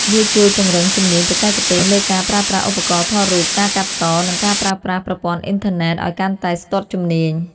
វាជួយពង្រឹងជំនាញបច្ចេកទេសលើការប្រើប្រាស់ឧបករណ៍ថតរូប ការកាត់ត និងការប្រើប្រាស់ប្រព័ន្ធអ៊ីនធឺណិតឱ្យកាន់តែស្ទាត់ជំនាញ។